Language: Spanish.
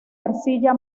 arcilla